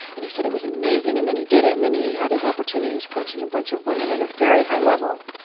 and he said it was amazing, and then he did it. and then he had his opportunity he was coaching a bunch of women women at a very high level.